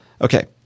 Okay